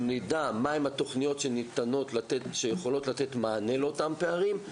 שנדע מה הן התוכניות שיכולות לתת מענה לאותם פערים,